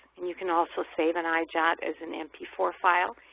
and you can also save an eyejot as an m p four file.